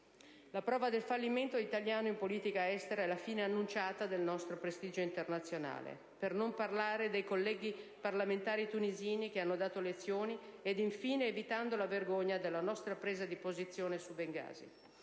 La prova del fallimento italiano in politica estera è la fine annunciata del nostro prestigio internazionale, per non parlare dei colleghi parlamentari tunisini che hanno dato lezioni, infine evitando la vergogna per la nostra presa di posizione su Bengasi.